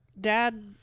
dad